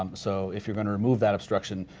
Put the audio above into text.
um so if you're gonna remove that obstruction,